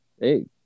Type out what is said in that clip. Hey